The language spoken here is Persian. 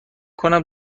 کنم